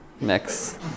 mix